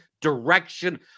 direction